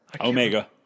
Omega